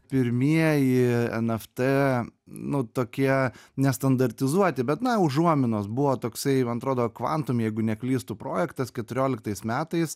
pirmieji eft nu tokie nestandartizuoti bet na užuominos buvo toksai man atrodo kvantum jeigu neklystu projektas keturioliktais metais